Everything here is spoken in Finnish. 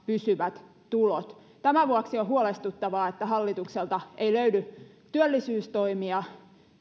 pysyvät tulot tämän vuoksi on huolestuttavaa että hallitukselta ei löydy työllisyystoimia